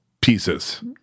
pieces